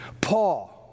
Paul